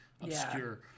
obscure